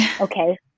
Okay